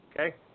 Okay